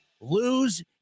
lose